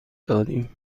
دادیم